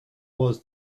was